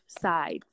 sides